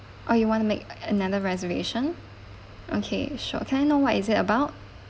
oh you want to make another reservation okay sure can I know what is it about